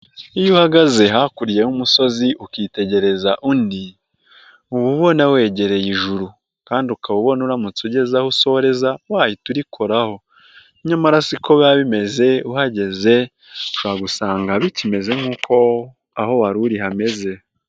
Iyo uhagaze hakurya y'umusozi ukitegereza undi, uba ubona wegereye ijuru kandi ukaba ubona uramutse ugeze aho usohoreza, wahita urikoraho, nyamara si ko biba bimeze uhageze, ushobora gusanga bikimeze nk'uko aho wari uri hameze.